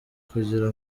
kugira